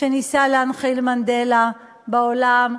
שניסה להנחיל מנדלה בעולם,